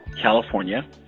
California